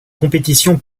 compétition